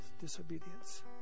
disobedience